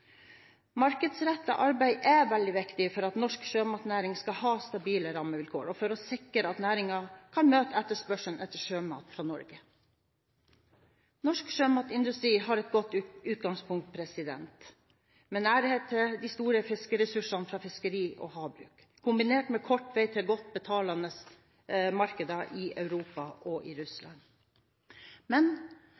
Markedsrettet arbeid er veldig viktig for at norsk sjømatnæring skal ha stabile rammevilkår, og for å sikre at næringen kan møte etterspørselen etter sjømat fra Norge. Norsk sjømatindustri har et godt utgangspunkt med nærhet til store fiskeressurser fra fiskeri og havbruk kombinert med kort vei til et godt betalende marked i Europa og